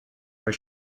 are